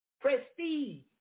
Prestige